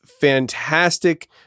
Fantastic